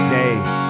days